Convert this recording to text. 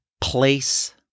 place